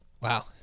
Wow